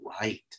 right